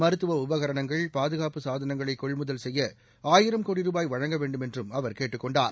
மருத்துவ உபகரணங்கள் பாதுகாப்பு சாதனங்களை கொள்முதல் செய்ய ஆயிரம் கோடி ரூபாய் வழங்க வேண்டும் என்றும் அவர் கேட்டுக் கொண்டார்